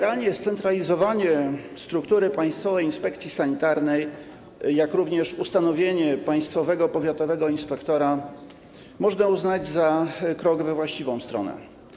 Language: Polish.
Zasadniczo scentralizowanie struktury Państwowej Inspekcji Sanitarnej, jak również ustanowienie państwowego powiatowego inspektora można uznać za krok we właściwą stronę.